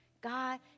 God